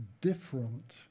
different